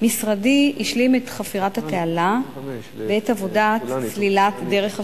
משרדי השלים את חפירת התעלה ואת עבודת סלילת דרך השירות.